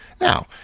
Now